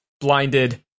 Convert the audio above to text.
blinded